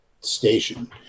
station